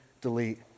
delete